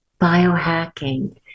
Biohacking